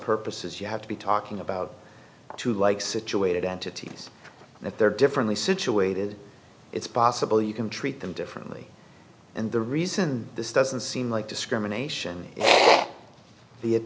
purposes you have to be talking about two like situated entities and if they're differently situated it's possible you can treat them differently and the reason this doesn't seem like discrimination